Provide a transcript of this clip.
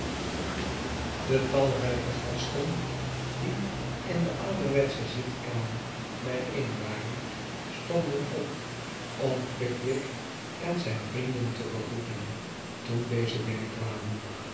de talrijke gasten die in de ouderwetsche zitkamer bijeen waren stonden op om pickwick en zijn vrienden te begroeten toen deze binnentraden